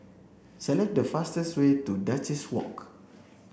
select the fastest way to Duchess Walk